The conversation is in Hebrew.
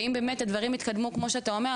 ואם באמת הדברים יתקדמו כמו שאתר אומר,